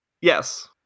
Yes